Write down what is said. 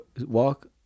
walk